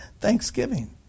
Thanksgiving